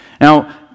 Now